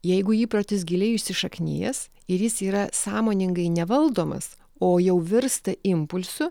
jeigu įprotis giliai įsišaknijęs ir jis yra sąmoningai nevaldomas o jau virsta impulsu